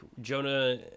Jonah